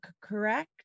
correct